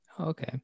okay